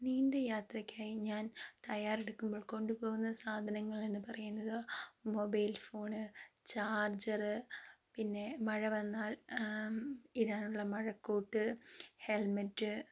നീണ്ട യാത്രയ്ക്കായി ഞാൻ തയ്യാറെടുക്കുമ്പോൾ കൊണ്ടുപോകുന്ന സാധനങ്ങൾ എന്നു പറയുന്നത് മൊബൈൽ ഫോണ് ചാർജെറ് പിന്നെ മഴ വന്നാൽ ഇടാനുള്ള മഴക്കോട്ട് ഹെൽമെറ്റ്